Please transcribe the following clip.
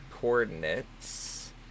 coordinates